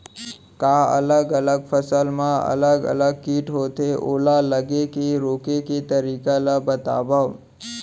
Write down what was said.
का अलग अलग फसल मा अलग अलग किट होथे, ओला लगे ले रोके के तरीका ला बतावव?